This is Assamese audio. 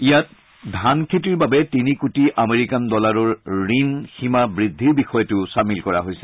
ইয়াৰ ধান খেতিৰ বাবে তিনি কোটি আমেৰিকান ডলাৰৰ ঋণ সীমা বৃদ্ধিৰ বিষয়টোও চামিল কৰা হৈছে